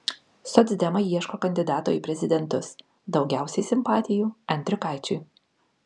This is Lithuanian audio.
socdemai ieško kandidato į prezidentus daugiausiai simpatijų andriukaičiui